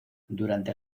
durante